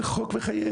זהו חוק מחייב.